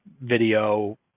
video